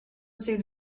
seemed